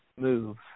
move